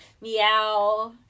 meow